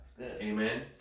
amen